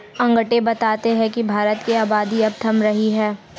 आकंड़े बताते हैं की भारत की आबादी अब थम रही है